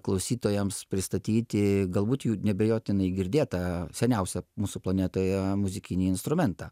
klausytojams pristatyti galbūt jų neabejotinai girdėtą seniausią mūsų planetoje muzikinį instrumentą